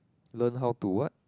learn how to what